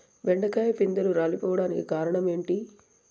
బెండకాయ పిందెలు రాలిపోవడానికి కారణం ఏంటి?